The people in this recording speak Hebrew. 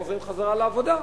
חוזרים חזרה לעבודה.